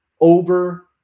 over